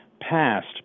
passed